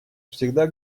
всегда